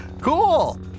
Cool